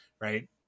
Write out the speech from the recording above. Right